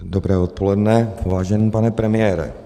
Dobré odpoledne, vážený pane premiére.